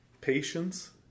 patience